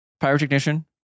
pyrotechnician